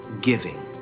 giving